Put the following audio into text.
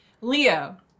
leo